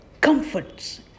comforts